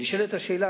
נשאלת השאלה,